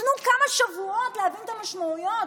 תנו כמה שבועות להבין את המשמעויות.